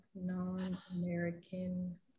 non-American